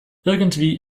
irgendwie